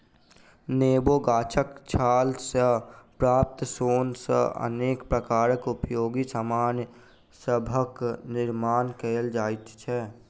नेबो गाछक छाल सॅ प्राप्त सोन सॅ अनेक प्रकारक उपयोगी सामान सभक निर्मान कयल जाइत छै